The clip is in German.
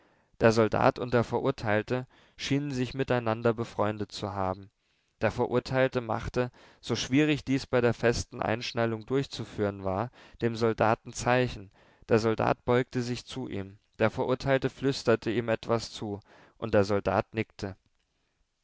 der soldat und der verurteilte schienen sich miteinander befreundet zu haben der verurteilte machte so schwierig dies bei der festen einschnallung durchzuführen war dem soldaten zeichen der soldat beugte sich zu ihm der verurteilte flüsterte ihm etwas zu und der soldat nickte